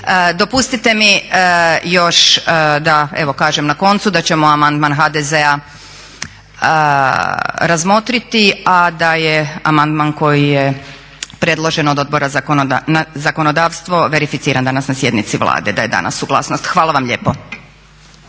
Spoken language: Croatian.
Dopustite mi da kažem još na koncu da ćemo amandman HDZ-a razmotriti, a da je amandman koji je predložen od Odbora zakonodavstva verificiran danas na sjednici Vlade, da je dana suglasnost. Hvala vam lijepo.